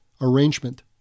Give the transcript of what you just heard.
arrangement